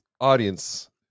audience